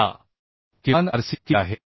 आता किमान Rc किती आहे